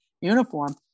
uniform